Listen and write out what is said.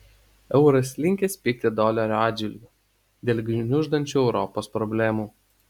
euras linkęs pigti dolerio atžvilgiu dėl gniuždančių europos problemų